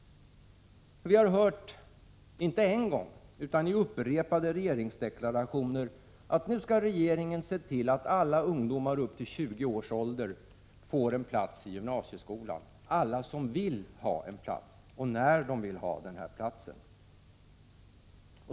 Vi har hört, inte en gång utan i upprepade regeringsdeklarationer, att regeringen nu skall se till att alla ungdomar upp till 20 år får en plats i gymnasieskolan — alla som vill ha en plats och när de vill ha en plats.